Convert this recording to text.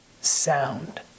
sound